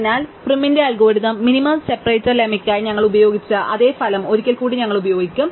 അതിനാൽ പ്രൈമിന്റെ algorithm minimum separator ലെമ്മയ്ക്കായി ഞങ്ങൾ ഉപയോഗിച്ച അതേ ഫലം ഒരിക്കൽ കൂടി ഞങ്ങൾ ഉപയോഗിക്കും